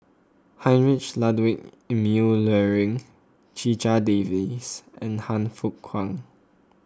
Heinrich Ludwig Emil Luering Checha Davies and Han Fook Kwang